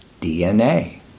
DNA